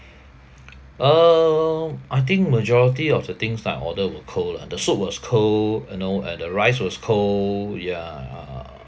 uh I think majority of the things I order were cold lah the soup was cold you know and the rice was cold ya uh